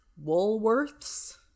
Woolworth's